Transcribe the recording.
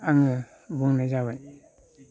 आङो बुंनाय जाबाय